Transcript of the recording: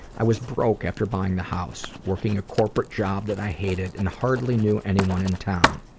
i was broke after buying the house, working a corporate job that i hated and hardly knew anyone in town.